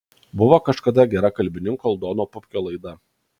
buvo kažkada gera kalbininko aldono pupkio laida